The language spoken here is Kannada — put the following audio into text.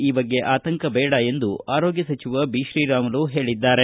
ಈ ಬಗ್ಗೆ ಆತಂಕ ಬೇಡ ಎಂದು ಆರೋಗ್ಯ ಸಚಿವ ಬಿತ್ರೀರಾಮುಲು ಹೇಳಿದ್ದಾರೆ